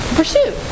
pursue